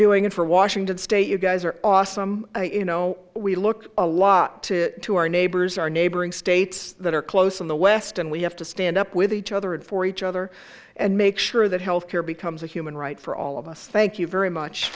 doing and for washington state you guys are awesome you know we look a lot to our neighbors our neighboring states that are close in the west and we have to stand up with each other and for each other and make sure that health care becomes a human right for all of us thank you very much